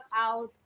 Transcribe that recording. out